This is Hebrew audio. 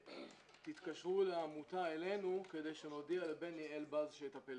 תתקשרו לעמותה אלינו כדי שנודיע לבני אלבז שיטפל